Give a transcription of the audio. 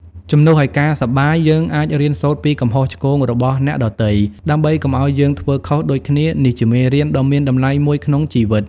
ជំនួសឱ្យការសប្បាយ យើងអាចរៀនសូត្រពីកំហុសឆ្គងរបស់អ្នកដទៃ ដើម្បីកុំឱ្យយើងធ្វើខុសដូចគ្នា នេះជាមេរៀនដ៏មានតម្លៃមួយក្នុងជីវិត។